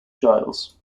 giles